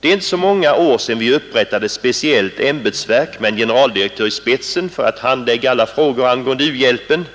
Det är inte så många år sedan vi upprättade ett speciellt ämbetsverk med en generaldirektör i spetsen för att handlägga alla frågor angående u-hjälpen.